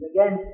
Again